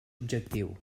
objectiu